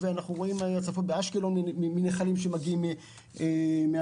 אנחנו רואים הצפות באשקלון מנחלים שמגיעים מהנגב,